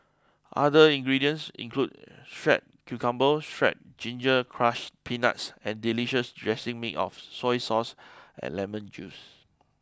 other ingredients include shredded cucumber shredded ginger crushed peanuts and delicious dressing made of soy sauce and lemon juice